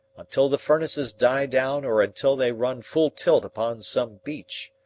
until the furnaces die down or until they run full tilt upon some beach.